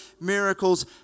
miracles